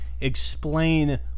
Explain